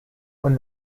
when